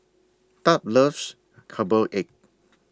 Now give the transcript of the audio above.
Thad loves Herbal Egg